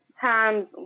times